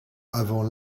avant